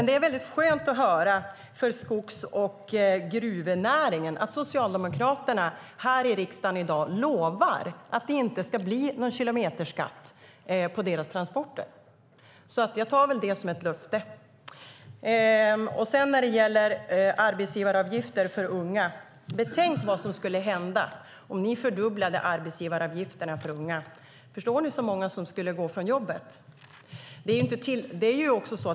Det är väldigt skönt att höra för skogs och gruvnäringarna att Socialdemokraterna här i riksdagen i dag lovar att det inte ska bli någon kilometerskatt på deras transporter. Jag tar det som ett löfte. När det sedan gäller arbetsgivaravgifter för unga, betänk vad som skulle hända om ni fördubblade arbetsgivaravgifterna för unga! Förstår ni hur många som skulle få gå från jobbet?